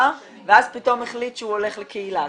ואז פתאום החליט שהוא הולך לקהילה.